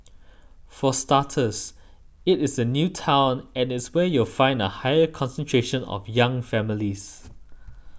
for starters it is a new town and it's where you'll find a higher concentration of young families